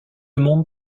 monde